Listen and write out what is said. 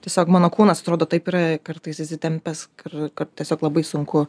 tiesiog mano kūnas atrodo taip yra kartais įsitempęs ir kad tiesiog labai sunku